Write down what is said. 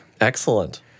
Excellent